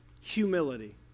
humility